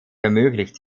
ermöglicht